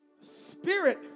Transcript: spirit